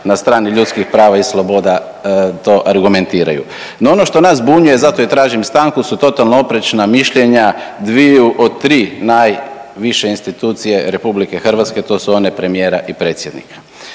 na strani ljudskih prava i sloboda to argumentiraju. No, ono što nas zbunjuje zato i tražim stanku su totalno oprečna mišljenja dviju od tri najviše institucije Republike Hrvatske. To su one premijera i predsjednika,